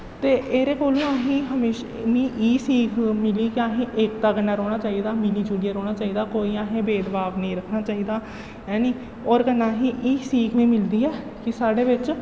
ते एह्दे कोला असेंगी हमेशां मीं एह् सीख मिली कि असेंगी एकता कन्नै रौह्ना चाहिदा मिली जुलियै रौह्ना चाहिदा कोई असें भेदभाव नेईं रक्खना चाहिदा ऐ नी होर कन्नै असेंगी एह् सीख बी मिलदी ऐ कि साढ़े बिच्च